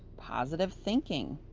positive thinking,